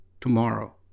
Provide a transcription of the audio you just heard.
tomorrow